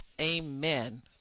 amen